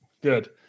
Good